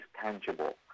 tangible